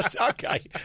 Okay